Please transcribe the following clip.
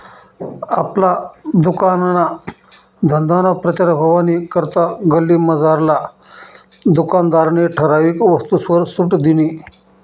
आपला दुकानना धंदाना प्रचार व्हवानी करता गल्लीमझारला दुकानदारनी ठराविक वस्तूसवर सुट दिनी